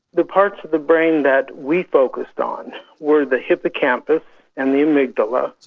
the parts of the brain that we focused on where the hippocampus and the amygdala. so